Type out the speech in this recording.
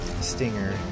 stinger